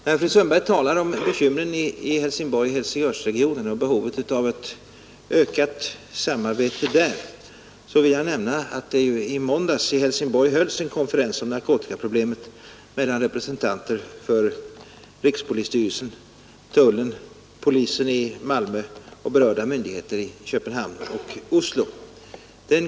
När fru Sundberg talar om bekymren i Helsingborg-Helsingörsregionen och om behovet av ett ökat samarbete där vill jag nämna att det i måndags hölls en konferens i Helsingborg om narkotikaproblemet mellan representanter för rikspolisstyrelsen, tullen, polisen i Malmö och berörda myndigheter i Köpenhamn och Oslo.